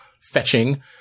fetching